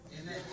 Amen